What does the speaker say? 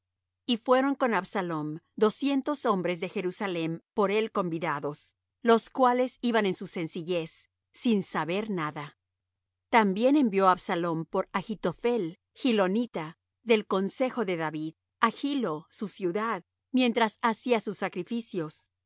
y fueron con absalom doscientos hombres de jerusalem por él convidados los cuales iban en su sencillez sin saber nada también envió absalom por achitophel gilonita del consejo de david á gilo su ciudad mientras hacía sus sacrificios